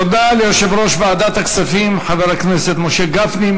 תודה ליושב-ראש ועדת הכספים חבר הכנסת משה גפני.